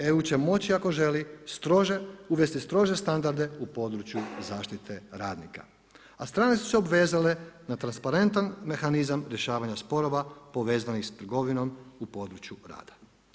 Eu će moći ako želi, uvesti strože standarde u području zaštite radnika, a strane su se obvezale na transparentan mehanizam rješavanja sporova povezani s trgovinom u području rada.